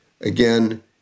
again